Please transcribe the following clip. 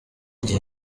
igihe